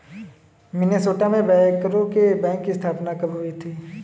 Minnesota में बैंकरों के बैंक की स्थापना कब हुई थी?